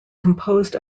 composed